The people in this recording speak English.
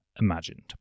imagined